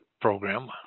program